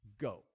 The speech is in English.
go